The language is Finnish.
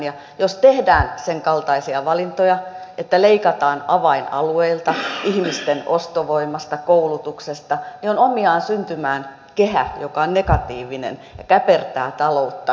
ja jos tehdään sen kaltaisia valintoja että leikataan avainalueilta ihmisten ostovoimasta koulutuksesta niin on omiaan syntymään kehä joka on negatiivinen ja käpertää taloutta